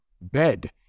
Bed